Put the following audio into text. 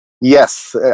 Yes